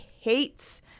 hates